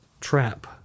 trap